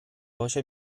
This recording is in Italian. voce